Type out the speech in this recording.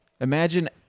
Imagine